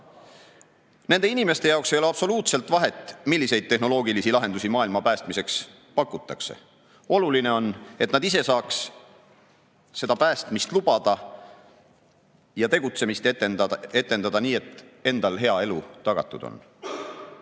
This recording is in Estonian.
Nende inimeste jaoks ei ole absoluutselt vahet, milliseid tehnoloogilisi lahendusi maailma päästmiseks pakutakse. Oluline on, et nad ise saaksid seda päästmist lubada ja tegutsemist etendada nii, et enda hea elu on tagatud. Kõik